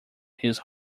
his